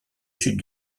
sud